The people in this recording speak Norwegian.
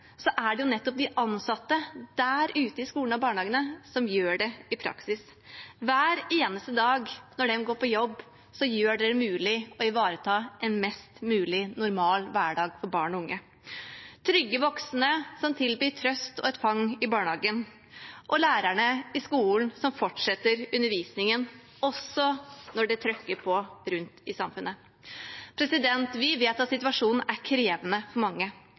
i praksis. Hver eneste dag de går på jobb, gjør de det mulig å ivareta en mest mulig normal hverdag for barn og unge – trygge voksne som tilbyr trøst og et fang i barnehagen, og lærerne i skolen som fortsetter undervisningen også når det trykker på rundt omkring i samfunnet. Vi vet at situasjonen er krevende for mange,